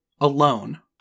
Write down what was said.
alone